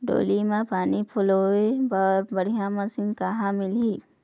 डोली म पानी पलोए बर बढ़िया मशीन कहां मिलही?